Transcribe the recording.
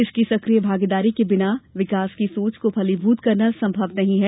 इसकी सक्रिय भागीदारी के बिना विकास की सोच को फलीभूत करना संभव नहीं है